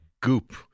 goop